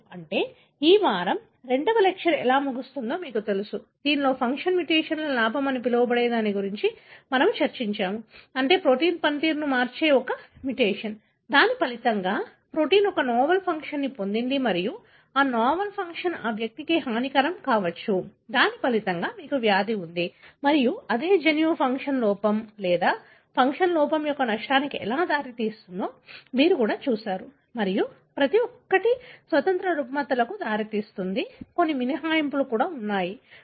అంటే ఈ వారం రెండవ లెక్చర్ ఎలా ముగుస్తుందో మీకు తెలుసు దీనిలో ఫంక్షన్ మ్యుటేషన్ల లాభం అని పిలవబడే దాని గురించి మనము చర్చించాము అంటే ప్రోటీన్ పనితీరును మార్చే ఒక మ్యుటేషన్ దీని ఫలితంగా ప్రోటీన్ ఒక నావెల్ ఫంక్షన్ను పొందింది మరియు ఆ నావెల్ ఫంక్షన్ ఆ వ్యక్తికి హానికరం కావచ్చు దాని ఫలితంగా మీకు వ్యాధి ఉంది మరియు అదే జన్యువు ఫంక్షన్ లోపం లేదా ఫంక్షన్ లోపం యొక్క నష్టానికి ఎలా దారితీస్తుందో మీరు కూడా చూశారు మరియు ప్రతి ఒక్కటి స్వతంత్ర రుగ్మతలకు దారితీస్తుంది మరియు కొన్ని మినహాయింపులు మరియు మొదలైనవి